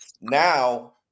now